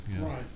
Right